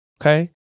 okay